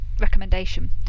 recommendation